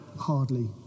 hardly